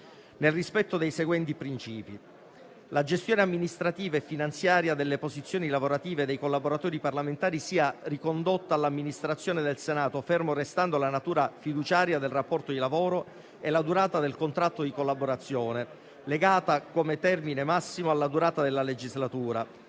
nel rispetto dei seguenti principi: la gestione amministrativa e finanziaria delle posizioni lavorative dei collaboratori parlamentari sia ricondotta all'amministrazione del Senato, ferme restando la natura fiduciaria del rapporto di lavoro e la durata del contratto di collaborazione, legata come termine massimo alla durata della legislatura